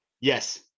Yes